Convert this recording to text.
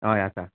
हय आसा